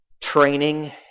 training